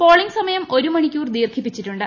polling സമയം ഒരുമണിക്കൂർ ദീർഘിപ്പിച്ചിട്ടുണ്ട്